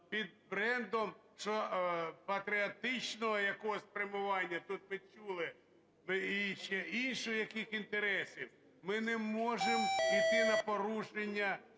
під брендом, що патріотичного якогось спрямування, тут ви чули, чи інших якихось інтересів. Ми не можемо йти на порушення